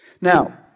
Now